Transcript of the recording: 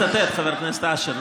חבר הכנסת אשר,